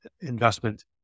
investment